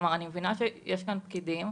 כלומר אני מבינה שיש פה פקידים,